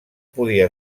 podia